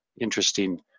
Interesting